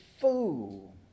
fool